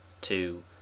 Two